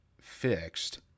fixed